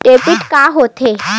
Debit का होथे?